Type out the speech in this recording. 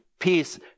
peace